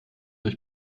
euch